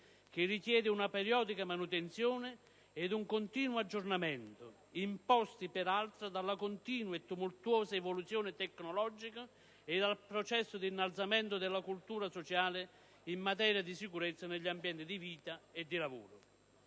che richiede una periodica manutenzione ed un continuo aggiornamento, imposte peraltro dalla continua e tumultuosa evoluzione tecnologica e dal processo di innalzamento della cultura sociale in materia di sicurezza negli ambienti di vita e di lavoro.